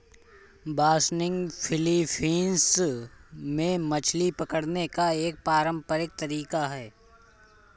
बासनिग Philippines में मछली पकड़ने का एक पारंपरिक तरीका है